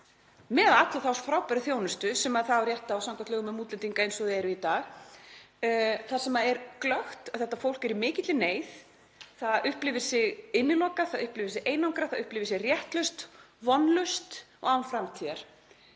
með alla þá frábæru þjónustu sem það á rétt á samkvæmt lögum um útlendinga, eins og þau eru í dag. Þar sést glöggt að þetta fólk er í mikilli neyð. Það upplifir sig innilokað, upplifir sig einangrað, upplifir sig réttlaust, vonlaust og án framtíðar.